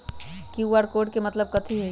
QR code के मतलब कथी होई?